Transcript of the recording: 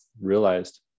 realized